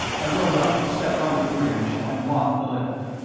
i rode up, stepped onto the bridge and locked the lift.